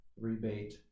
rebate